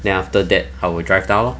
then after that I will drive down lor